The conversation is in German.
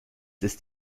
ist